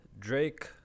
Drake